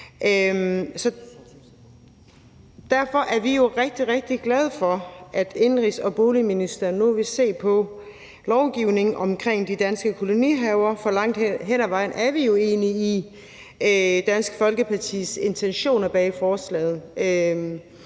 Derfor er vi jo rigtig, rigtig glade for, at indenrigs- og boligministeren nu vil se på lovgivningen om de danske kolonihaver, for langt hen ad vejen er vi jo enige i Dansk Folkepartis intentioner bag forslaget.